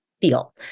feel